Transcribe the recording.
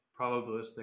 probabilistic